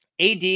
AD